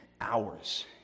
hours